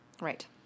Right